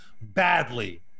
badly